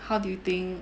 how do you think